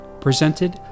presented